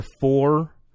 four